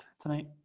tonight